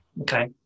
Okay